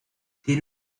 tiene